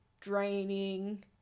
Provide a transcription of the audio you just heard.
draining